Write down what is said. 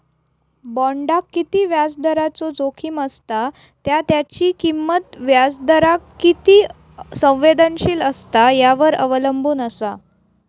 बॉण्डाक किती व्याजदराचो जोखीम असता त्या त्याची किंमत व्याजदराक किती संवेदनशील असता यावर अवलंबून असा